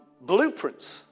Blueprints